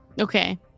Okay